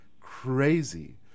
crazy